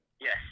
Yes